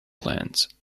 plants